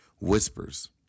whispers